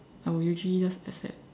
I will usually just accept